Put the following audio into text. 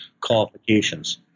qualifications